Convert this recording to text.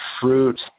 fruit